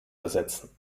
ersetzen